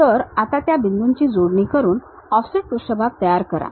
तर आता त्या बिंदूंची जोडणी करून ऑफसेट पृष्ठभाग तयार करा